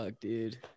dude